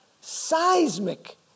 seismic